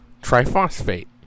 triphosphate